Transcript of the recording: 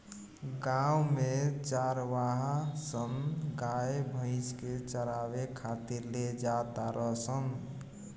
गांव में चारवाहा सन गाय भइस के चारावे खातिर ले जा तारण सन